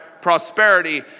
prosperity